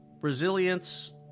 Resilience